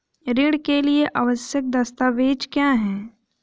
ऋण के लिए आवश्यक दस्तावेज क्या हैं?